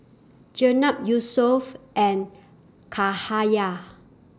Jenab Yusuf and Cahaya